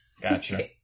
Gotcha